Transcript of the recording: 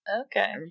Okay